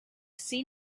seen